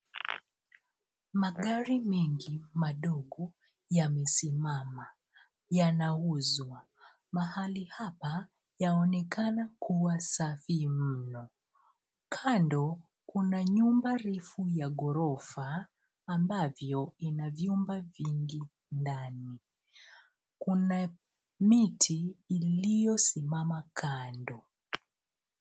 Magari mengi madogo yamesimama. Yanauzwa. Mahali hapa yaonekana kuwa safi mno. Kando, kuna nyumba refu ya ghorofa ambavyo ina vyumba mingi ndani. Kuna miti iliyosimama kando.